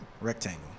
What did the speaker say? Rectangle